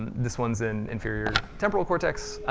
and this one's in inferior temporal cortex,